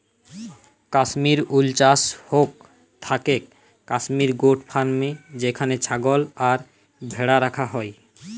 Kashmir wool চাস হৌক থাকেক কাশ্মির গোট ফার্মে যেখানে ছাগল আর ভ্যাড়া রাখা হয়